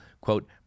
quote